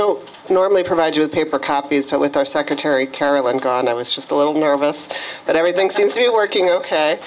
know normally provide you with paper copies to with our secretary carolyn gone i was just a little nervous but everything seems to be working ok